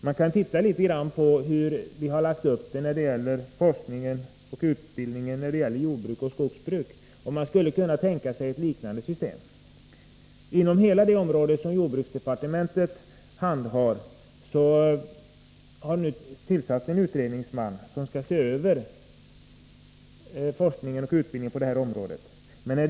Man kan jämföra med uppläggningen av forskningen och utbildningen inom jordbruk och skogsbruk, och man skulle kunna tänka sig att det byggs upp ett system som liknar detta. Det har nu tillsatts en utredningsman, som skall se över forskningen och utbildningen inom hela det område som jordbruksdepartementet handhar.